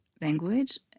language